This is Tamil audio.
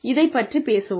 இதைப் பற்றிப் பேசுவோம்